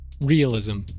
realism